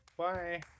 Bye